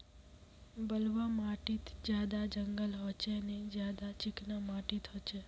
बलवाह माटित ज्यादा जंगल होचे ने ज्यादा चिकना माटित होचए?